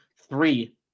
three